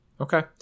okay